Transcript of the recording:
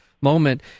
moment